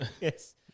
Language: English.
Yes